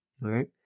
Right